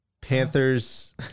Panthers